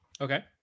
Okay